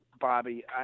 Bobby